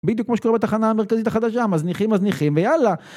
בדיוק כמו שקורה בתחנה המרכזית החדשה, מזניחים מזניחים ויאללה!